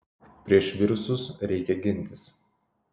prieš virusus reikia gintis